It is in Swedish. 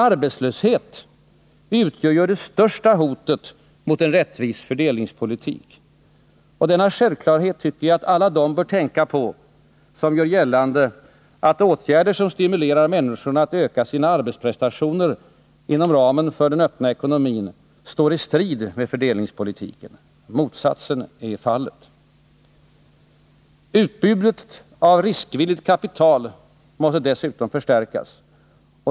Arbetslös het utgör det största hotet mot en rättvis fördelningspolitik. Denna självklarhet bör alla de tänka på som gör gällande att åtgärder som stimulerar människorna att öka sina arbetsprestationer inom ramen för den öppna ekonomin står i strid mot fördelningspolitiken. Motsatsen är fallet. Utbudet av riskvilligt kapital måste dessutom förstärkas.